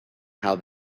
how